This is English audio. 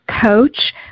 coach